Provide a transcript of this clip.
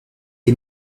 est